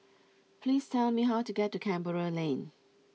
please tell me how to get to Canberra Lane